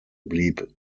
blieb